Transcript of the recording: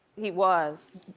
he was,